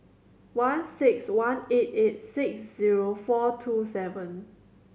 one six one eight eight six zero four two seven